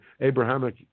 Abrahamic